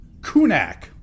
Kunak